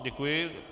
Děkuji.